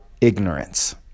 ignorance